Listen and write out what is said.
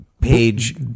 page